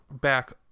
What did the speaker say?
back